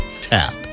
tap